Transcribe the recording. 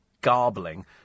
garbling